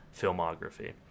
filmography